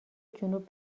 جنوب